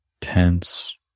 tense